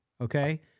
okay